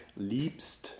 Liebst